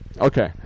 Okay